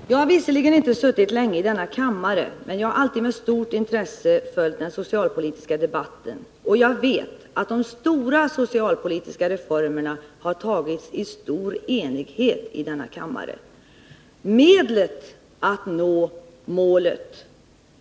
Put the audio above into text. Herr talman! Jag har visserligen inte suttit länge i denna kammare, men jag har alltid med stort intresse följt den socialpolitiska debatten, och jag vet att de stora socialpolitiska reformerna har tagits i stor enighet i denna kammare. Medlen att nå målet,